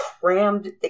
crammed